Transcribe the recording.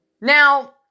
Now